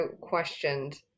questioned